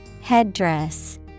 Headdress